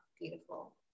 Beautiful